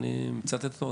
ואני מצטט אותו,